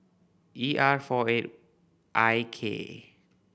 E R four eight I K